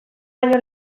baino